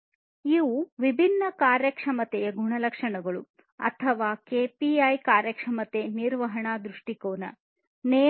KPI ಗಳನ್ನು ಬಳಸಲಾಗುವುದು